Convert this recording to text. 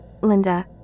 Linda